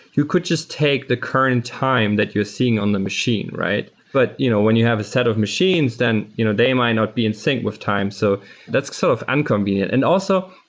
you could just take the current time that you're seeing on the machine, right? but you know when you have a set of machines, then you know they might not be in-sync with time. so that's sort so of inconvenient. and also,